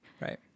Right